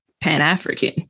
Pan-African